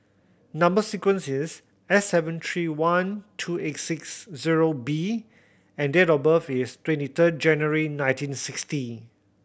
number sequence is S seven three one two eight six zero B and date of birth is twenty third January nineteen sixty